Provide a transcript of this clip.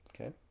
Okay